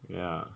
ya